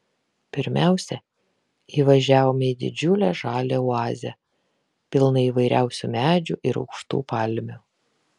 pirmiausia įvažiavome į didžiulę žalią oazę pilną įvairiausių medžių ir aukštų palmių